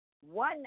one